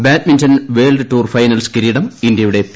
badminton world tour finals കിരീടം ഇന്ത്യയുടെ P